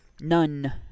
None